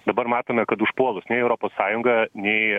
dabar matome kad užpuolus nei europos sąjunga nei